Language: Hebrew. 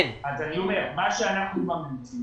אני אומר שמה שאנחנו ממליצים